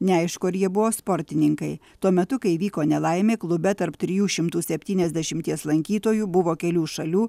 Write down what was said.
neaišku ar jie buvo sportininkai tuo metu kai įvyko nelaimė klube tarp trijų šimtų septyniasdešimties lankytojų buvo kelių šalių